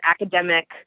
academic